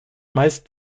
meist